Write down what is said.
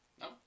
No